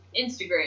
Instagram